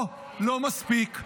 לא מספיק.